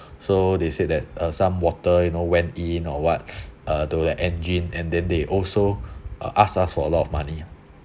so they said that uh some water you know went in or what uh to the engine and then they also asked us for a lot of money